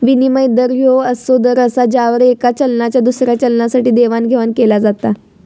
विनिमय दर ह्यो असो दर असा ज्यावर येका चलनाचा दुसऱ्या चलनासाठी देवाणघेवाण केला जाता